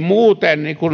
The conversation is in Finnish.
muuten